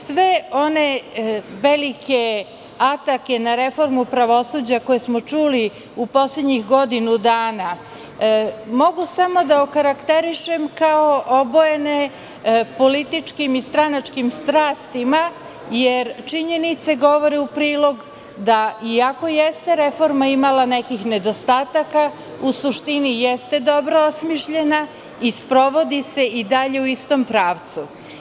Sve one velike atake na reformu pravosuđa koje smo čuli u poslednjih godinu dana mogu samo da okarakterišem kao obojene političkim i stranačkim strastima, jer činjenice govore u prilog da iako jeste reforma imala nekih nedostataka, u suštini jeste dobro osmišljena i sprovodi se i dalje u istom pravcu.